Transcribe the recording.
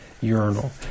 urinal